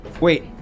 Wait